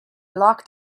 locked